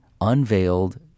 unveiled